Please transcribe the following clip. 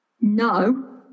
no